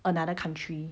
another country